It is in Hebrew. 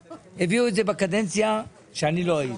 הביאו את זה בקדנציה שאני לא הייתי.